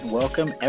welcome